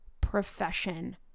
profession